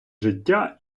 життя